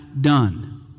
done